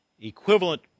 equivalent